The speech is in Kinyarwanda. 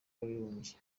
w’abibumbye